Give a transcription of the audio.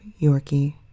Yorkie